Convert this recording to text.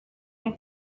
han